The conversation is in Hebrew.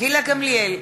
גילה גמליאל,